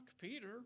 Peter